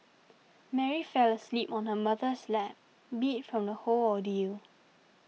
Mary fell asleep on her mother's lap beat from the whole ordeal